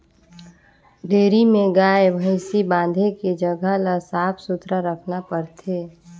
dairy में गाय, भइसी बांधे के जघा ल साफ सुथरा रखना परथे